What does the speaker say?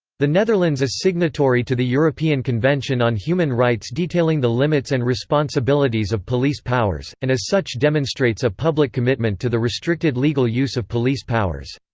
the netherlands is signatory to the european convention on human rights detailing the limits and responsibilities of police powers, and as such demonstrates a public commitment to the restricted legal use of police powers.